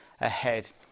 ahead